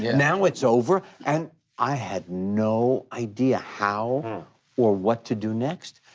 now it's over and i had no idea how or what to do next.